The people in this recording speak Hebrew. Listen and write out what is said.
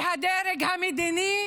והדרג המדיני